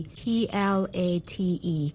plate